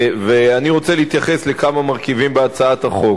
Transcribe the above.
אני רוצה להתייחס לכמה מרכיבים בהצעת החוק.